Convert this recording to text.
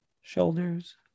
shoulders